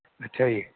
ਅੱਛਾ ਜੀ